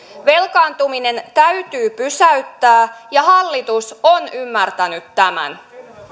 velkaantuminen täytyy pysäyttää ja hallitus on ymmärtänyt tämän